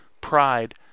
pride